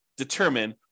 determine